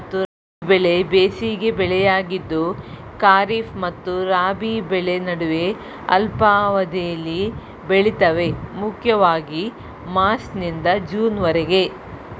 ಝೈದ್ ಬೆಳೆ ಬೇಸಿಗೆ ಬೆಳೆಯಾಗಿದ್ದು ಖಾರಿಫ್ ಮತ್ತು ರಾಬಿ ಬೆಳೆ ನಡುವೆ ಅಲ್ಪಾವಧಿಲಿ ಬೆಳಿತವೆ ಮುಖ್ಯವಾಗಿ ಮಾರ್ಚ್ನಿಂದ ಜೂನ್ವರೆಗೆ